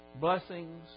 blessings